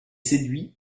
séduit